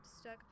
stuck